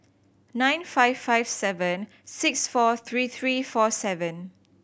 nine five five seven six four three three four seven